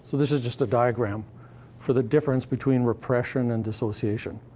so this is just a diagram for the difference between repression and dissociation.